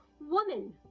woman